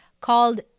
called